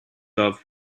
love